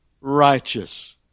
righteous